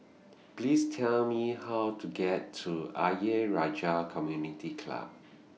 Please Tell Me How to get to Ayer Rajah Community Club